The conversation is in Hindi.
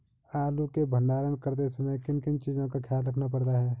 आलू के भंडारण करते समय किन किन चीज़ों का ख्याल रखना पड़ता है?